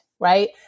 right